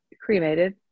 Cremated